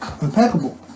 impeccable